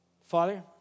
Father